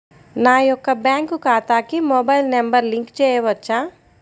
నా యొక్క బ్యాంక్ ఖాతాకి మొబైల్ నంబర్ లింక్ చేయవచ్చా?